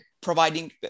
providing